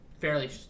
fairly